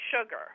sugar